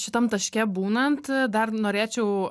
šitam taške būnant dar norėčiau